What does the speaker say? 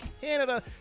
Canada